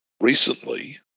recently